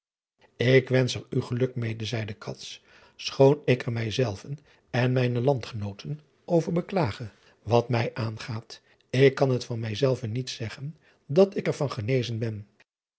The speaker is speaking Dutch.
k wensch er u geluk mede zeide schoon ik er mij zelven en mijne and genooten over beklage at mij aangaat ik kan het van mij zelven niet zeggen dat ik er van genezen ben